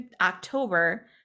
october